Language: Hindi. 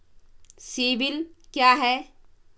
सिबिल क्या है?